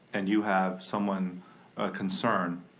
and you have someone, a concern,